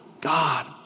God